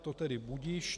To tedy budiž.